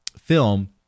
Film